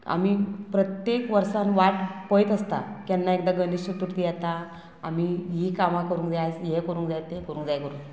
आमी प्रत्येक वर्सान वाट पळयत आसता केन्ना एकदां गणेश चतुर्थी येता आमी हीं कामां करूंक जाय आज हें करूंक जाय तें करूंक जाय करून